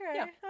Okay